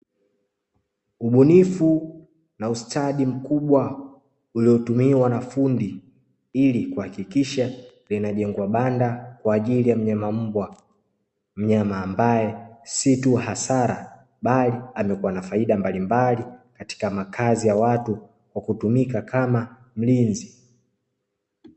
Ubunifu na ustadi mkubwa uliotumiwa na fundi ili kuhakikisha linajengwa banda kwa ajili ya mnyama mbwa, mnyama ambaye si tu hasara bali amekuwa na faida mbalimbali katika makazi ya watu kwa kutumika kama mlinzi.